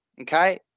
Okay